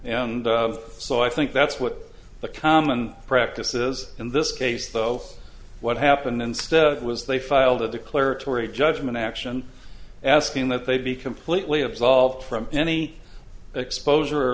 and so i think that's what the common practices in this case though what happened instead was they filed a declaratory judgment action asking that they be completely absolved from any exposure